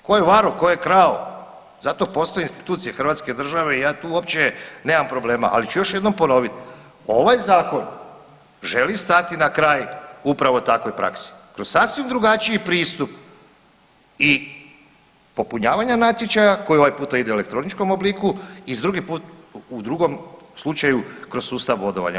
Tko je varao, tko je krao, zato postoje institucije Hrvatske države i ja tu uopće nemam problema, ali ću još jednom ponoviti, ovaj Zakon želi stati na kraj upravo takvoj praksi, kroz sasvim drugačiji pristup i popunjavanja natječaja koji ovaj puta ide u elektroničkom obliku i u drugom slučaju kroz sustav bodovanja.